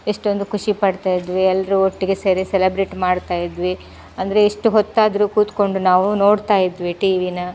ಎಷ್ಟೊಂದು ಖುಷಿಪಡ್ತಾ ಇದ್ವಿ ಎಲ್ಲರೂ ಒಟ್ಟಿಗೆ ಸೇರಿ ಸೆಲಬ್ರೇಟ್ ಮಾಡ್ತಾ ಇದ್ವಿ ಅಂದರೆ ಎಷ್ಟು ಹೊತ್ತಾದರೂ ಕೂತ್ಕೊಂಡು ನಾವು ನೋಡ್ತಾ ಇದ್ವಿ ಟಿವಿನ